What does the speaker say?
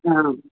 आम्